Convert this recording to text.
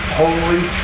holy